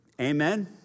amen